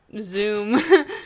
Zoom